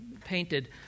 painted